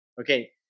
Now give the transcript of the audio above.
Okay